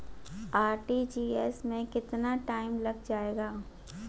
RTGS में कितना time लग जाएगा?